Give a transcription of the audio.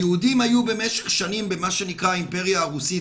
היהודים היו במשך שנים במה שנקרא האימפריה הרוסית.